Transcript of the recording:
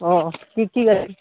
অঁ কি